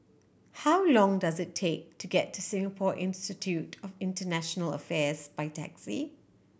how long does it take to get to Singapore Institute of International Affairs by taxi